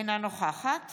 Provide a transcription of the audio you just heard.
אינה נוכחת